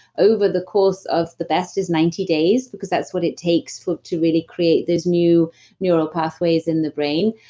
over the course of the best is ninety days because that's what it takes for it to really create this new neural pathway in the brain.